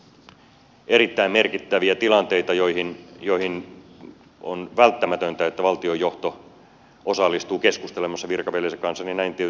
jos on erittäin merkittäviä tilanteita joihin on välttämätöntä valtionjohdon osallistua keskustelemaan virkaveljensä kanssa niin näin tietysti silloin tehdään